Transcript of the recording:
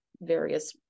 various